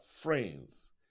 friends